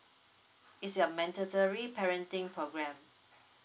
its a mandatory parenting program